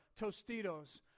Tostitos